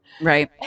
Right